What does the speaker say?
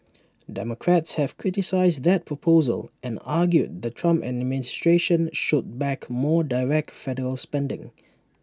democrats have criticised that proposal and argued the Trump administration should back more direct federal spending